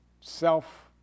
self